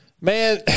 Man